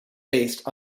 based